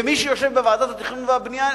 ומי שיושב בוועדות התכנון והבנייה,